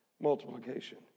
multiplication